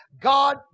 God